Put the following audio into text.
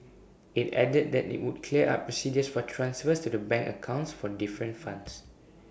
IT added that IT would clear up procedures for transfers to the bank accounts for different funds